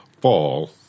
fall